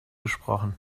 gesprochen